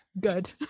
good